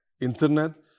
internet